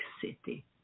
city